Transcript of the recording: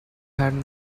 had